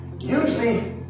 Usually